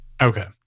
okay